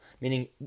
Meaning